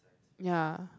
ya